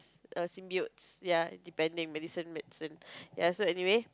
err symbiotes ya depending medicine medicine ya so anyway